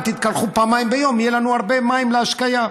אם תתקלחו פעמיים ביום יהיו לנו הרבה מים להשקיה.